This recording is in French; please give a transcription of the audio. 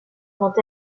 vont